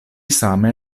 same